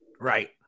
Right